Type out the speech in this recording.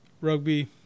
Rugby